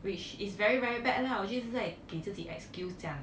which is very very bad lah 我就一直在给自己 excuse 讲